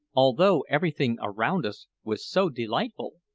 although everything around us was so delightful,